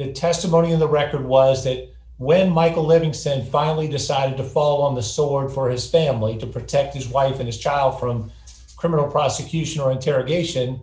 is testimony in the record was that when michael living sent by lee decided to fall on the sword for his family to protect his wife in his trial from criminal prosecution or interrogation